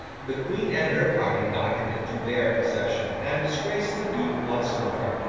the queen and her party got him into their possession, and disgraced the duke once more.